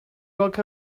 walk